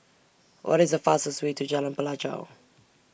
What IS The fastest Way to Jalan Pelajau